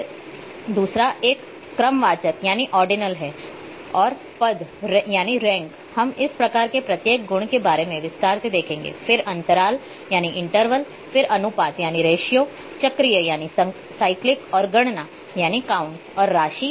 फिर दूसरा एक क्रमवाचक है और पद हम इस प्रकार के प्रत्येक गुण के बारे में विस्तार से देखेंगे फिर अंतराल फिर अनुपात चक्रीय और गणना और राशी